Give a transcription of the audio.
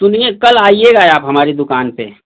सुनिए कल आइएगा आप हमारी दुकान पर